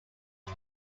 all